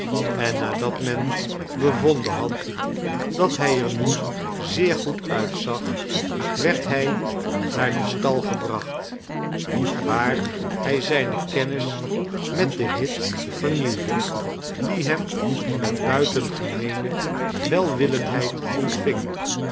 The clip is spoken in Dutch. en nadat men bevonden had dat hij er nu zeer goed uitzag werd hij naar den stal gebracht waar hij zijne kennis met den hit vernieuwde die hem met buitengemeene welwillendheid ontving